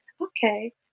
okay